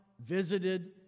visited